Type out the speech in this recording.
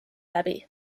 läbi